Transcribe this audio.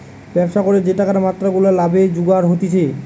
ব্যবসা করে যে টাকার মাত্রা গুলা লাভে জুগার হতিছে